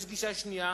יש גישה שנייה,